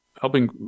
helping